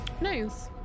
Nice